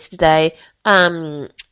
yesterday